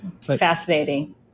fascinating